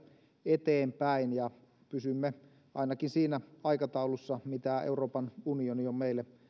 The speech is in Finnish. eteenpäin ja pysymme ainakin siinä aikataulussa minkä euroopan unioni on meille